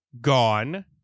gone